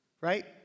right